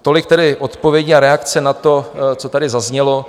Tolik tedy odpovědi a reakce na to, co tady zaznělo.